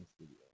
studio